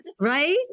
Right